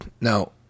now